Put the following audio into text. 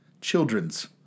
Children's